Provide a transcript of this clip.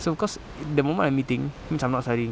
so cause the moment I'm eating means I'm not studying